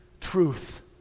truth